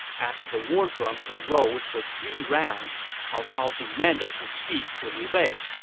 after the war drums had rolled for three rounds, cao cao demanded to speak to liu bei.